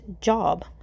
job